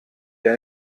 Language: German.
der